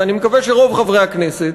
ואני מקווה שרוב חברי הכנסת,